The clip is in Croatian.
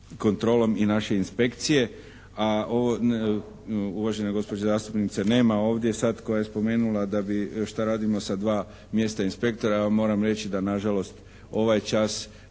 kontrolom i naše inspekcije. A ovo, uvažene gospođe zastupnice nema ovdje sad koja je spomenula da bi, šta radimo sa dva mjesna inspektora. Ja vam moram reći da nažalost ovaj čas,